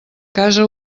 casa